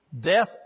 Death